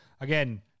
again